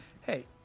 Hey